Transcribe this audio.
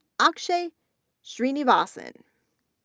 akshay srinivasan,